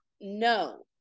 no